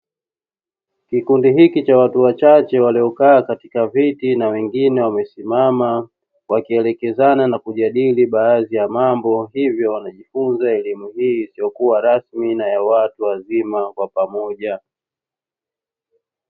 Kikundi hiki cha watu wachache, walio kaa katika viti na wengine wamesimama, wakielekezana na kujadili baadhi ya mambo, hivyo wanajifunza elimu hii isiyo kuwa rasmi na ya watu wazima kwa pamoja.